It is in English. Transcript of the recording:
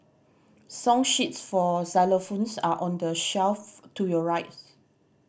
song sheets for xylophones are on the shelf to your right